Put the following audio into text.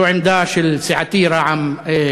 זו העמדה של סיעתי רע"ם-תע"ל.